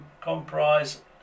comprise